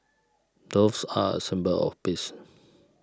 doves are a symbol of peace